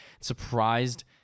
Surprised